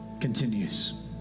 continues